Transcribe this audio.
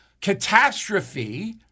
catastrophe